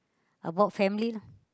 about family